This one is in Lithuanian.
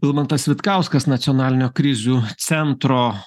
vilmantas vitkauskas nacionalinio krizių centro